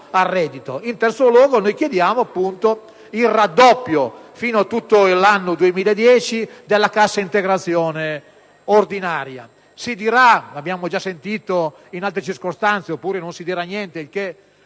In terzo luogo, chiediamo il raddoppio fino a tutto l'anno 2010 della cassa integrazione ordinaria. Si dirà - l'abbiamo già sentito in altre circostanze - o addirittura non si dirà niente da parte